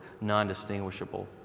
non-distinguishable